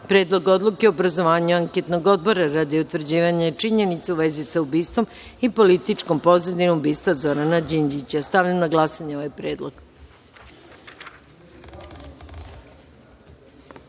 Predlog odluke o obrazovanju anketnog odbora radi utvrđivanja činjenica u vezi sa ubistvom i političkom pozadinom ubistva Zorana Đinđića. Stavljam na glasanje ovaj